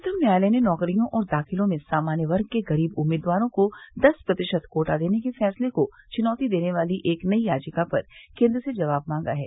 उच्चतम न्यायालय ने नौकरियों और दाखिलों में सामान्य वर्ग के गरीब उम्मीदवारों को दस प्रतिशत कोटा देने के फैंसले को चुनौती देने वाली एक नई याचिका पर केन्द्र से जवाब मांगा है